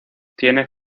tiene